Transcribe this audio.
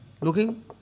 looking